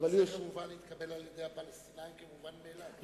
זה כמובן התקבל על-ידי הפלסטינים כמובן מאליו.